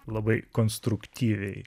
labai konstruktyviai